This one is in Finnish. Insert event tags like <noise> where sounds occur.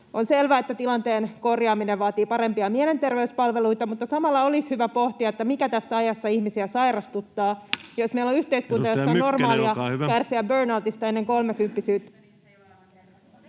On selvä, että tilanteen korjaaminen vaatii parempia mielenterveyspalveluita, mutta samalla olisi hyvä pohtia, mikä tässä ajassa ihmisiä sairastuttaa. <noise> Jos meillä on yhteiskunta, jossa on normaalia kärsiä burnoutista ennen kolmekymppisyyttä,